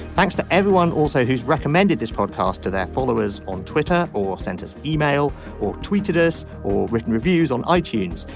thanks to everyone also who's recommended this podcast to their followers on twitter or sent us email or tweeted us or written reviews on itunes.